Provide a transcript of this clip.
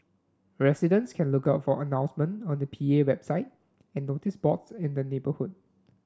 residents can look out for announcement on the P A website and notice boards in the neighbourhood